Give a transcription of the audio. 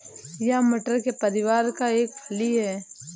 यह मटर के परिवार का एक फली है